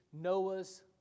Noah's